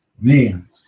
Man